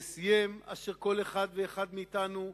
וסיים: "אשר כל אחד ואחד מאתנו"